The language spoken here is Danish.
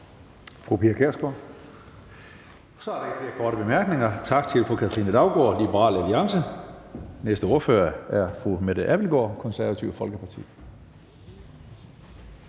(Karsten Hønge): Så er der ikke flere korte bemærkninger. Tak til fru Katrine Daugaard, Liberal Alliance. Næste ordfører er fru Mette Abildgaard, Det Konservative Folkeparti.